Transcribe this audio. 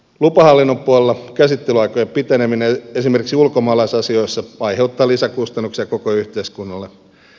lupahallinnon puolella käsittelyaikojen piteneminen esimerkiksi ulkomaalaisasioissa aiheuttaa lisäkustannuksia koko yhteiskunnalle